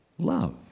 Love